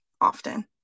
often